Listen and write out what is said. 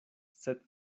sed